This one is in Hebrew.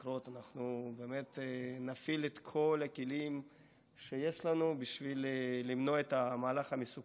אנחנו באמת נפעיל את כל הכלים שיש לנו בשביל למנוע את המהלך המסוכן הזה.